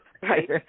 right